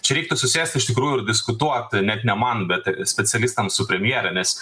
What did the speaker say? čia reiktų susėst iš tikrųjų diskutuot net ne man bet specialistams su premjere nes